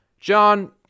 John